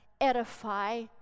edify